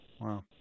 Wow